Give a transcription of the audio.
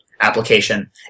application